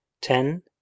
Ten